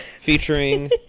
Featuring